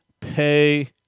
pay